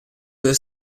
delle